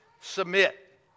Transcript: submit